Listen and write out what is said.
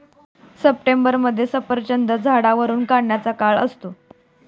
सप्टेंबरमध्ये सफरचंद झाडावरुन काढायचा काळ असतो